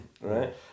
right